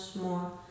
more